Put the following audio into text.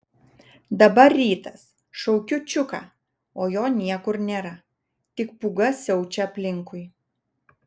dabar rytas šaukiu čiuką o jo niekur nėra tik pūga siaučia aplinkui